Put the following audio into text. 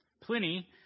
Pliny